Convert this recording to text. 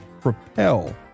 propel